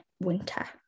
winter